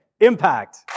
Impact